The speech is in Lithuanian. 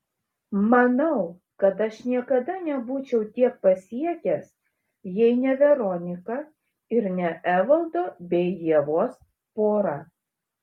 manau kad aš niekada nebūčiau tiek pasiekęs jei ne veronika ir ne evaldo bei ievos pora